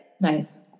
Nice